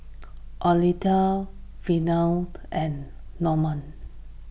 Ottilia Neveah and Normand